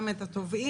גם את התובעים,